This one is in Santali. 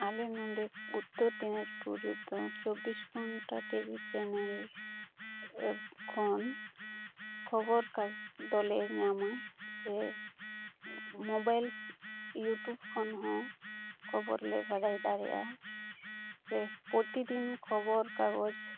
ᱟᱞᱮ ᱱᱚᱸᱰᱮ ᱩᱛᱛᱚᱨ ᱫᱤᱱᱟᱡᱽᱯᱩᱨ ᱨᱮᱫᱚ ᱪᱚᱵᱽᱵᱤᱥ ᱜᱷᱚᱱᱴᱟ ᱴᱤᱵᱷᱤ ᱪᱮᱱᱮᱞ ᱟᱹᱫ ᱠᱷᱚᱱ ᱠᱷᱚᱵᱚᱨ ᱫᱚᱞᱮ ᱧᱟᱢᱟ ᱥᱮ ᱢᱳᱵᱟᱭᱮᱞ ᱤᱭᱩᱴᱩᱵᱽ ᱠᱷᱚᱱᱦᱚᱸ ᱠᱷᱚᱨᱚᱵᱞᱮ ᱵᱟᱲᱟᱭ ᱫᱟᱲᱮᱼᱟ ᱥᱮ ᱯᱚᱛᱤᱫᱤᱱ ᱠᱷᱚᱵᱚᱨ ᱠᱟᱜᱚᱡᱽ